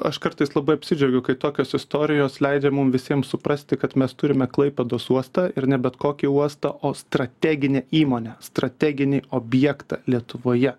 aš kartais labai apsidžiaugiu kai tokios istorijos leidžia mum visiems suprasti kad mes turime klaipėdos uostą ir ne bet kokį uostą o strateginę įmonę strateginį objektą lietuvoje